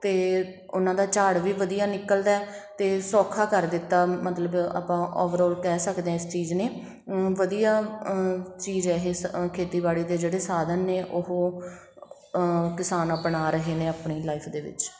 ਅਤੇ ਉਹਨਾਂ ਦਾ ਝਾੜ ਵੀ ਵਧੀਆ ਨਿਕਲਦਾ ਅਤੇ ਸੌਖਾ ਕਰ ਦਿੱਤਾ ਮਤਲਬ ਆਪਾਂ ਓਵਰਔਲ ਕਹਿ ਸਕਦੇ ਹਾਂ ਇਸ ਚੀਜ਼ ਨੇ ਵਧੀਆ ਚੀਜ਼ ਹੈ ਇਹ ਸ ਖੇਤੀਬਾੜੀ ਦੇ ਜਿਹੜੇ ਸਾਧਨ ਨੇ ਉਹ ਕਿਸਾਨ ਅਪਣਾ ਰਹੇ ਨੇ ਆਪਣੀ ਲਾਈਫ ਦੇ ਵਿੱਚ